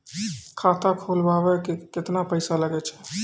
खाता खोलबाबय मे केतना पैसा लगे छै?